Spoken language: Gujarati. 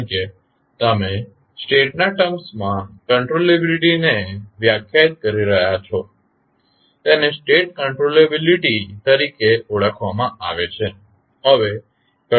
કારણ કે તમે સ્ટેટના ટર્મ્સમાં કંટ્રોલેબીલીટીને વ્યાખ્યાયિત કરી રહ્યાં છો તેને સ્ટેટ કંટ્રોલેબીલીટી તરીકે ઓળખવામાં આવે છે